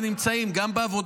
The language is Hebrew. ונמצאים גם בעבודה,